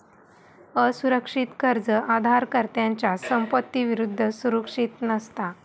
असुरक्षित कर्ज उधारकर्त्याच्या संपत्ती विरुद्ध सुरक्षित नसता